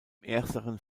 ersteren